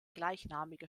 gleichnamige